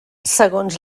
segons